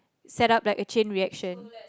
set up like a chain reaction